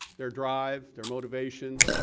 their drive, their motivation,